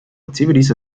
activities